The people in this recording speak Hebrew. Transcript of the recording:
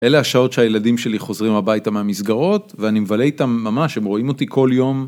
אלה השעות שהילדים שלי חוזרים הביתה מהמסגרות ואני מבלה איתם ממש, הם רואים אותי כל יום.